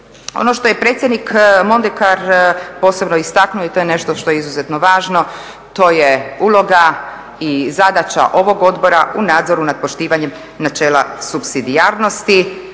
Ono što je predsjednik Mondekar posebno istaknuo i to je nešto što je izuzetno važno, to je uloga i zadaća ovog odbora u nadzoru nad poštivanjem načela supsidijarnosti,